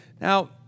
Now